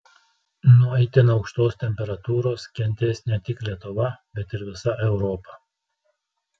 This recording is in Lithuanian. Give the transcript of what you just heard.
nuo itin aukštos temperatūros kentės ne tik lietuva bet ir visa europa